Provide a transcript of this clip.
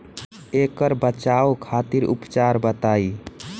ऐकर बचाव खातिर उपचार बताई?